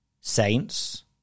Saints